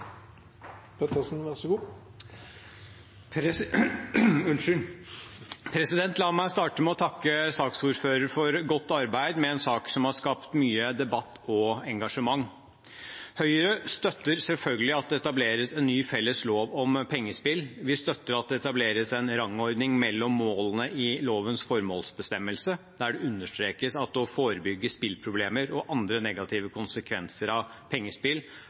La meg starte med å takke saksordføreren for godt arbeid med en sak som har skapt mye debatt og engasjement. Høyre støtter selvfølgelig at det etableres en ny felles lov om pengespill. Vi støtter at det etableres en rangordning mellom målene i lovens formålsbestemmelse, der det understrekes at å forebygge spilleproblemer og andre negative konsekvenser av pengespill